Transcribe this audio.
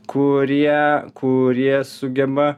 kurie kurie sugeba